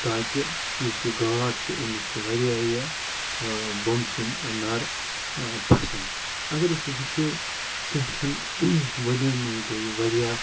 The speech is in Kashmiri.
تاکہ یُس یہِ گاڈ چھِ أمِس چھِ واریاہ بومسیٖن نَر پَسَنٛد اگر أسۍ وٕچھو کینٛہہ ژھَن ؤریَن مَنٛز گوٚو یہِ واریاہ